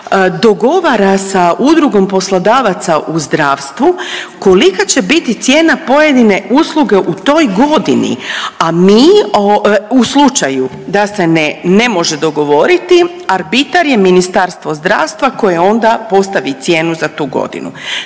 dogovara sa udrugom poslodavaca u zdravstvu kolika će biti cijena pojedine usluge u toj godini, a mi u slučaju da se ne može dogovoriti arbitar je Ministarstvo zdravstva koje onda postavi cijenu za tu godinu.